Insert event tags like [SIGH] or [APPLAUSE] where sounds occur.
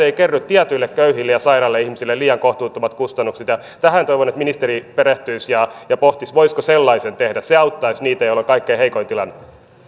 [UNINTELLIGIBLE] ei kerry tietyille köyhille ja sairaille ihmisille liian kohtuuttomat kustannukset tähän toivon että ministeri perehtyisi ja ja pohtisi voisiko sellaisen tehdä se auttaisi niitä joilla on kaikkein heikoin tilanne